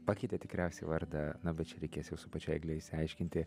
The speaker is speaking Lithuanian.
pakeitė tikriausiai vardą na bet čia reikės su pačia egle išsiaiškinti